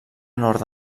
nord